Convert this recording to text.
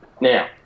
Now